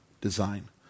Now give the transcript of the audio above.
Design